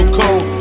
cold